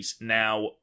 now